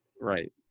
Right